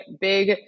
big